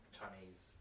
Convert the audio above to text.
chinese